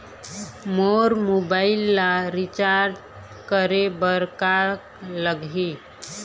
मोर mobile ला recharge करे बर का लगही?